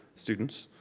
students,